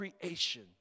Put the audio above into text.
creation